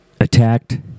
Attacked